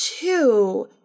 two